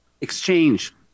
exchange